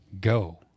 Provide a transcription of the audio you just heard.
go